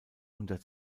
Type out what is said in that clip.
unter